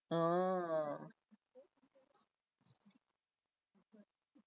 oo